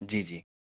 जी जी